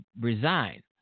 resign